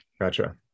gotcha